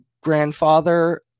grandfather